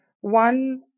One